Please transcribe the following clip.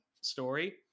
story